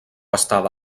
estada